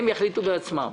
הם יחליטו בעצמם.